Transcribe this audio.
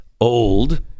old